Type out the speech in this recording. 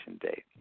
date